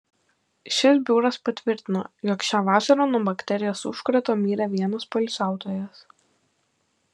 šis biuras patvirtino jog šią vasarą nuo bakterijos užkrato mirė vienas poilsiautojas